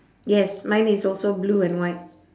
yes mine is also blue and white